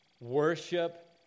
worship